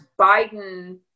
biden